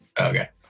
Okay